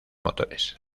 motores